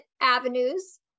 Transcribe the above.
avenues